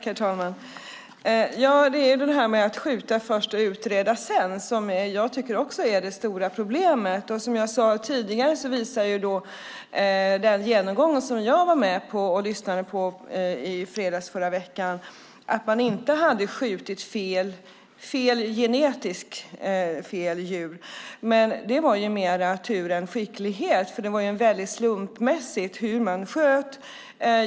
Herr talman! Det här med att skjuta först och utreda sedan är det stora problemet. Som jag sade tidigare visade den genomgång som jag var på i fredags att man inte hade skjutit genetiskt fel djur. Det var dock mer tur än skicklighet, för det var slumpmässigt hur man sköt.